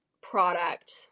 product